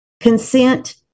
consent